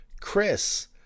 Chris